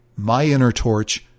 myinnerTorch